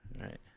Right